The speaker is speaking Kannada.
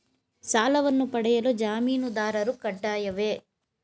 ಸಾಲವನ್ನು ಪಡೆಯಲು ಜಾಮೀನುದಾರರು ಕಡ್ಡಾಯವೇ?